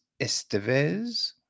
Estevez